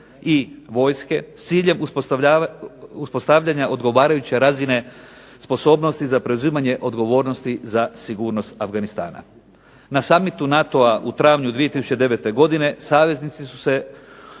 i vojske s ciljem uspostavljanja odgovarajuće razine sposobnosti za preuzimanje odgovornosti za sigurnost Afganistana. Na summitu NATO-a u travnju 2009. godine saveznici su se